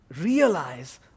realize